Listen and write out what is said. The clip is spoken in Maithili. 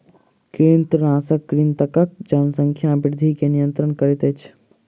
कृंतकनाशक कृंतकक जनसंख्या वृद्धि के नियंत्रित करैत अछि